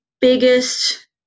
biggest